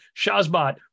Shazbot